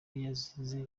yazize